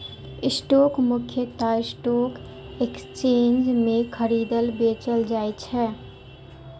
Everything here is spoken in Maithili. स्टॉक मुख्यतः स्टॉक एक्सचेंज मे खरीदल, बेचल जाइ छै